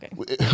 okay